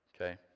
Okay